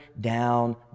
down